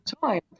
time